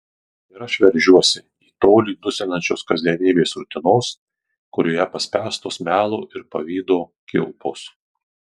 ir aš veržiuosi į tolį dusinančios kasdienybės rutinos kurioje paspęstos melo ir pavydo kilpos